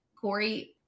Corey